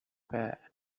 bad